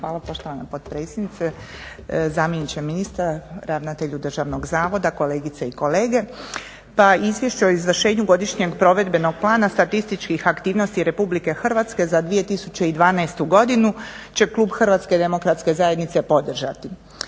Hvala poštovana potpredsjednice, zamjeniče ministra, ravnatelju Državnog zavoda, kolegice i kolege. Pa Izvješće o izvršenju Godišnjeg provedbenog plana statističkih aktivnosti RH za 2012. godinu će klub HDZ-a podržati.